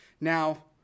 Now